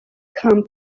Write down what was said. camp